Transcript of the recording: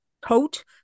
coat